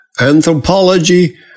anthropology